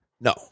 No